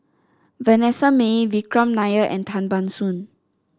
Vanessa Mae Vikram Nair and Tan Ban Soon